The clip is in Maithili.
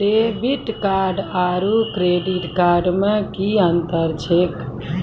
डेबिट कार्ड आरू क्रेडिट कार्ड मे कि अन्तर छैक?